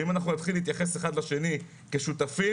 אם נתחיל להתייחס אחד לשני כשותפים,